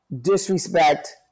disrespect